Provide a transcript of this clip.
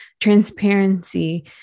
transparency